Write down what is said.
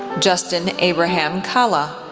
justin abraham kahla,